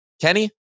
Kenny